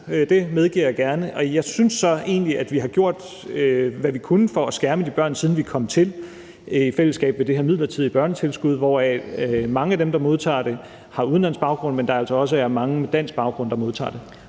Det medgiver jeg gerne. Jeg synes egentlig, at vi i fællesskab har gjort, hvad vi kunne, for at skærme de børn, siden vi kom til, med det her midlertidige børnetilskud. Mange af dem, der modtager det, har udenlandsk baggrund, men der er altså også mange med dansk baggrund, der modtager det.